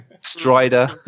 Strider